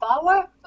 power